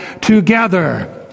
together